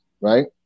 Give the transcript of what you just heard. right